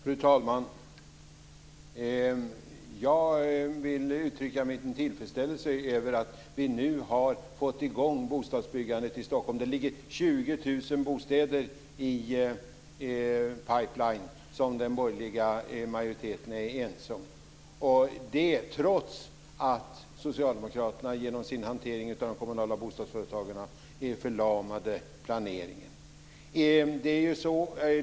Fru talman! Jag vill uttrycka min tillfredsställelse över att vi nu har fått i gång bostadsbyggandet i Stockholm. Det ligger 20 000 bostäder i pipeline som den borgerliga majoriteten är ense om, detta trots att socialdemokraterna genom sin hantering av de kommunala bostadsföretagen förlamade planeringen.